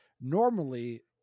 Normally